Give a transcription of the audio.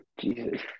Jesus